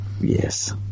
Yes